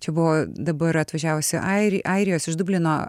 čia buvo dabar atvažiavusi airi airijos iš dublino